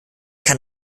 kann